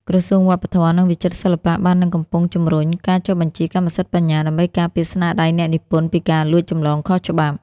ក្រសួងវប្បធម៌ និងវិចិត្រសិល្បៈបាននិងកំពុងជំរុញការចុះបញ្ជីកម្មសិទ្ធិបញ្ញា ដើម្បីការពារស្នាដៃអ្នកនិពន្ធពីការលួចចម្លងខុសច្បាប់។